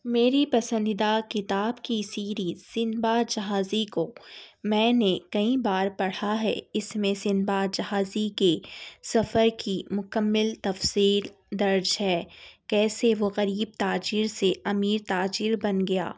میری پسندیدہ کتاب کی سیریز سندباد جہازی کو میں نے کئی بار پڑھا ہے اس میں سندباد جہازی کے سفر کی مکمل تفصیل درج ہے کیسے وہ غریب تاجر سے امیر تاجر بن گیا